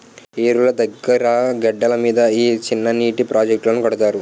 ఏరుల దగ్గిర గెడ్డల మీద ఈ సిన్ననీటి ప్రాజెట్టులను కడతారు